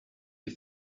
les